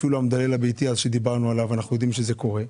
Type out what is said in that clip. אפילו במדלל הביתי אנחנו יודעים שזה קורה.